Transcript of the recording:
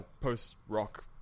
post-rock